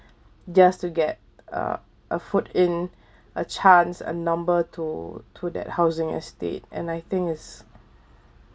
just to get uh a foot in a chance a number to to that housing estate and I think is